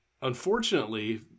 unfortunately